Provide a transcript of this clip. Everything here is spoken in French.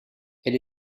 elle